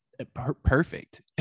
perfect